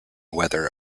weather